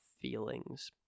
feelings